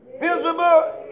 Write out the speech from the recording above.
visible